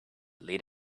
lit